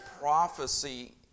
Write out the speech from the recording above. prophecy